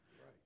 Right